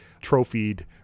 trophied